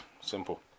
Simple